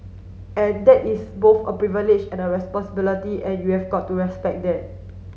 and that is both a privilege and a responsibility and you have got to respect that